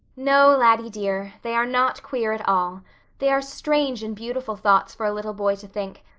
no, laddie dear, they are not queer at all they are strange and beautiful thoughts for a little boy to think,